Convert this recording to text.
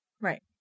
Right